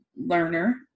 learner